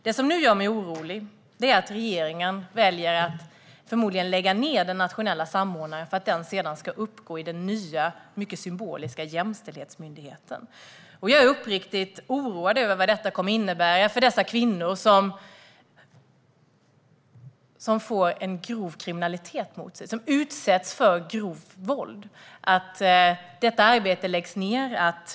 Det som gör mig orolig är att regeringen förmodligen väljer att avskaffa den nationella samordnaren och låta den uppgå i den nya, mycket symboliska, jämställdhetsmyndigheten. Jag är uppriktigt oroad över vad det kommer att innebära för de kvinnor som utsätts för grov kriminalitet och grovt våld att denna verksamhet läggs ned.